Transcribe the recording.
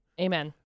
Amen